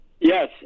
Yes